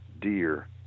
deer